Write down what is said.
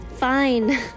Fine